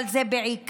אבל זה בעיקר,